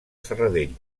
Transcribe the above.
serradell